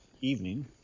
evening